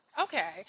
Okay